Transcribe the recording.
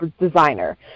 designer